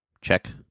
Check